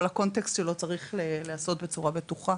הקונטקסט שלו צריך להיעשות בצורה בטוחה.